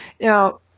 Now